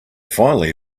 finally